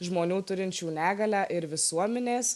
žmonių turinčių negalią ir visuominės